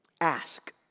Ask